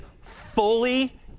fully